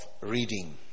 reading